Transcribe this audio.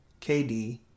KD